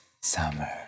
Summer